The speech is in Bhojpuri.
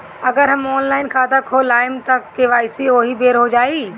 अगर हम ऑनलाइन खाता खोलबायेम त के.वाइ.सी ओहि बेर हो जाई